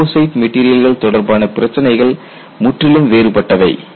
composite மெட்டீரியல்கள் தொடர்பான பிரச்சினைகள் முற்றிலும் வேறுபட்டவை